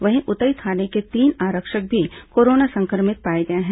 वहीं उतई थाने के तीन आरक्षक भी कोरोना संक्रमित पाए गए हैं